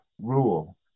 rule